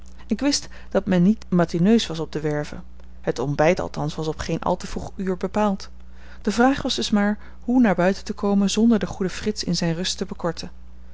ik wist dat men niet matineus was op de werve het ontbijt althans was op geen al te vroeg uur bepaald de vraag was dus maar hoe naar buiten te komen zonder den goeden frits in zijne rust te bekorten